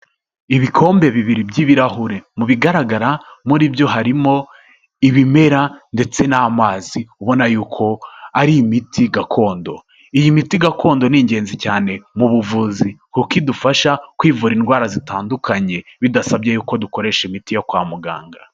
Ibikombe bibiri by'ibirahure, mu bigaragara muri byo harimo ibimera ndetse n'amazi, ubona y'uko ari imiti gakondo, iyi miti gakondo ni ingenzi cyane mu buvuzi, kuko idufasha kwivura indwara zitandukanye bidasabye y'uko dukoresha imiti yo kwa muganga.